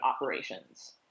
operations